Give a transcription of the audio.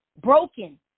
broken